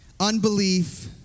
Unbelief